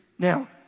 Now